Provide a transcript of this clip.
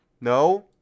No